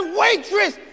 waitress